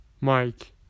Mike